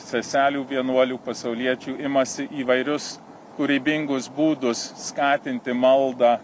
seselių vienuolių pasauliečių imasi įvairius kūrybingus būdus skatinti maldą